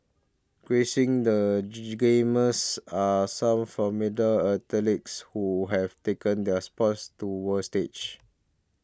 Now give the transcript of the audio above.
gracing the gee Gamers are some from middle athletes who have taken their sport to the world stage